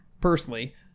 personally